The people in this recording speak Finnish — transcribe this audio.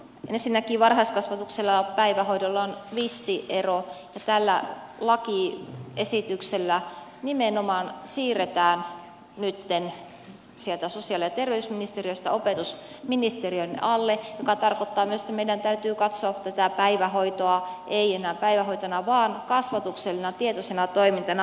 ensinnäkin varhaiskasvatuksella ja päivähoidolla on vissi ero ja tällä lakiesityksellä nimenomaan siirretään nytten sieltä sosiaali ja terveysministeriöstä opetusministeriön alle mikä tarkoittaa myös että meidän täytyy katsoa tätä päivähoitoa ei enää päivähoitona vaan kasvatuksellisena tietoisena toimintana varhaiskasvatuksena